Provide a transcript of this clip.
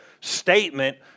statement